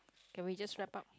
can we just wrap up